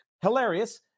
Hilarious